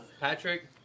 Patrick